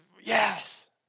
Yes